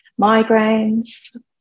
migraines